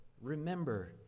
remember